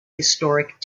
historic